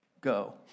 go